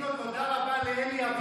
מענקי איזון.